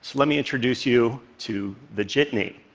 let me introduce you to the jitney.